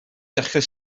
dechrau